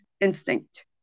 instinct